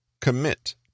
commit